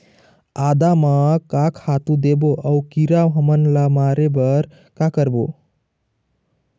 आदा म का खातू देबो अऊ कीरा हमन ला मारे बर का करबो?